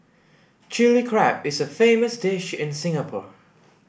chilli crab is a famous dish in Singapore